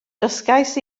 dysgais